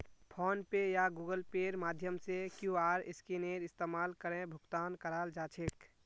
phone पे या Google पेर माध्यम से क्यूआर स्कैनेर इस्तमाल करे भुगतान कराल जा छेक